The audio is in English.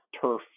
turf